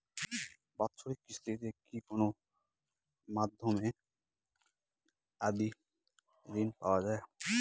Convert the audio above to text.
বাৎসরিক কিস্তিতে কি কোন মধ্যমেয়াদি ঋণ পাওয়া যায়?